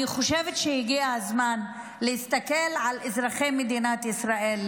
אני חושבת שהגיע הזמן להסתכל על אזרחי מדינת ישראל,